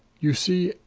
you see,